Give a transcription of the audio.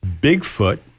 Bigfoot